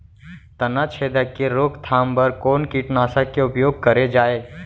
तनाछेदक के रोकथाम बर कोन कीटनाशक के उपयोग करे जाये?